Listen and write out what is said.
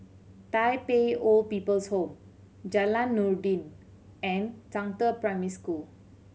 Tai Pei Old People's Home Jalan Noordin and Zhangde Primary School